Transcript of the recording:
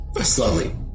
slowly